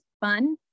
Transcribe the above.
fun